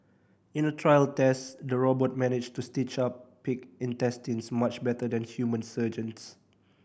in a trial test the robot managed to stitch up pig intestines much better than human surgeons